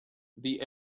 the